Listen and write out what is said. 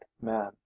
man